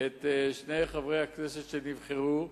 את שני חברי הכנסת שנבחרו.